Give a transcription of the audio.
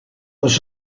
was